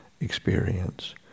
experience